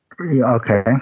okay